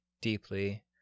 deeply